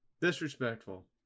Disrespectful